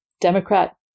Democrat